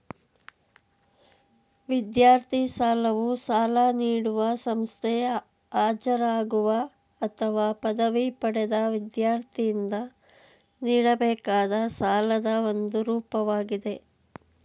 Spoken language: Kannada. ವಿದ್ಯಾರ್ಥಿ ಸಾಲವು ಸಾಲ ನೀಡುವ ಸಂಸ್ಥೆ ಹಾಜರಾಗುವ ಅಥವಾ ಪದವಿ ಪಡೆದ ವಿದ್ಯಾರ್ಥಿಯಿಂದ ನೀಡಬೇಕಾದ ಸಾಲದ ಒಂದು ರೂಪವಾಗಿದೆ